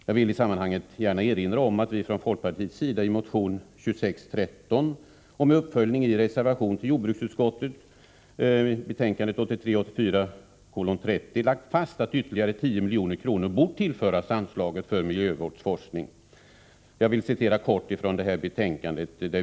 Jag vill i sammanhanget gärna erinra om att vi från folkpartiets sida i motion 1983 84:30 lagt fast att ytterligare 10 milj.kr. bort tillföras anslaget för miljövårdsforskning. Jag vill kort citera från folkpartireservationen nr 16 i detta betänkande.